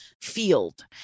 field